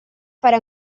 fare